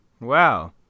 wow